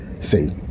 see